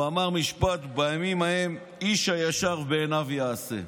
הוא אמר משפט: בימים ההם איש הישר בעיניו יעשה.